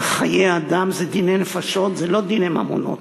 זה חיי אדם, זה דיני נפשות, זה לא דיני ממונות,